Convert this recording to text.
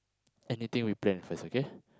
anything we plan first okay